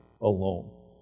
alone